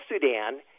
Sudan